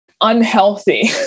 unhealthy